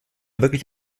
wirklich